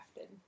crafted